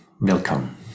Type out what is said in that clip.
welcome